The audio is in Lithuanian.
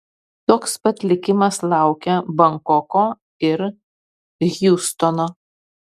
toks pat likimas laukia bankoko ir hjustono